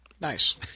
Nice